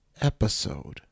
episode